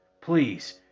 Please